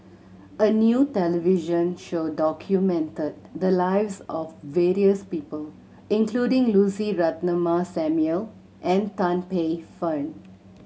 a new television show documented the lives of various people including Lucy Ratnammah Samuel and Tan Paey Fern